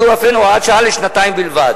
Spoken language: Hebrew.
יהיו אף הן הוראת שעה לשנתיים בלבד.